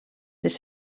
les